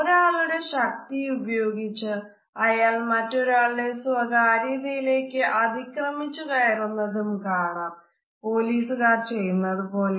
ഒരാളുടെ ശക്തി ഉപയോഗിച്ച് അയാൾ മറ്റൊരാളുടെ സ്വകാര്യതയിലേക്ക് അതിക്രമിച്ചു കയറുന്നതും കാണാം പോലീസുകാർ ചെയ്യുന്നത് പോലെ